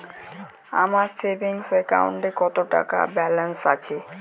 আমার সেভিংস অ্যাকাউন্টে কত টাকা ব্যালেন্স আছে?